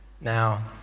now